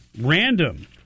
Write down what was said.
random